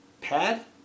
pad